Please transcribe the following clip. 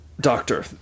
doctor